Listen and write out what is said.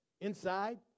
inside